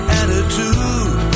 attitude